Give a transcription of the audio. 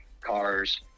cars